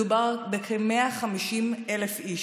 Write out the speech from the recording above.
מדובר בכ-150,000 איש,